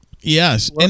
Yes